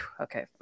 okay